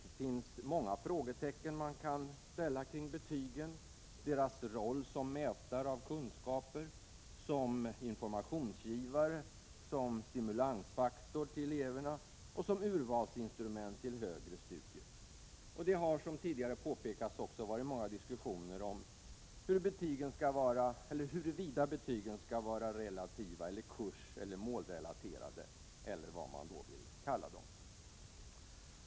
Det finns anledning att sätta många frågetecken kring betygen, deras roll som mätare av kunskaper, som informationsgivare, som stimulansfaktor för eleverna och som urvalsinstrument till högre studier. Det har, som tidigare påpekats, också förts många diskussioner om huruvida betygen skall vara relativa eller kurseller målrelaterade eller vad man vill kalla dem.